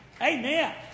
Amen